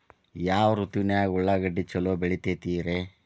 ಯಾವ ಋತುವಿನಾಗ ಉಳ್ಳಾಗಡ್ಡಿ ಛಲೋ ಬೆಳಿತೇತಿ ರೇ?